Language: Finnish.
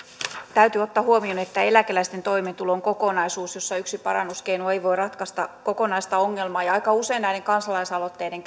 täytyy ottaa huomioon että eläkeläisten toimeentulo on kokonaisuus jossa yksi parannuskeino ei voi ratkaista kokonaista ongelmaa aika usein näiden kansalaisaloitteiden